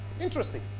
Interesting